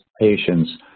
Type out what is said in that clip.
patients